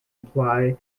apply